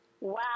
Wow